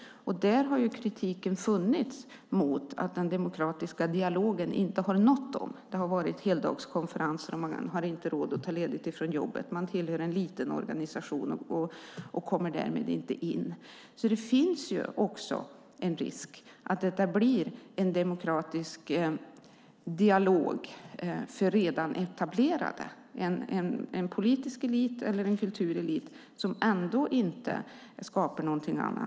Det har där funnits en kritik mot att den demokratiska dialogen inte har nått dem. Det har varit heldagskonferenser, och man har inte råd att ta ledigt från jobbet. Man tillhör en liten organisation och kommer därmed inte in. Det finns då en risk att detta blir en demokratisk dialog för redan etablerade, en politisk elit eller en kulturelit som ändå inte skapar någonting annat.